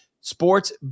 sports